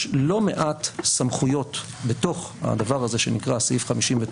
יש לא מעט סמכויות בתוך הדבר הזה שנקרא סעיף 59,